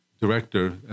director